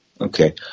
Okay